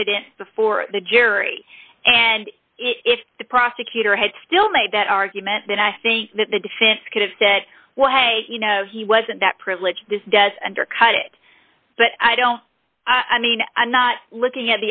evidence before the jury and if the prosecutor had still made that argument then i think that the defense could have said well you know he wasn't that privileged this does undercut it but i don't i mean i'm not looking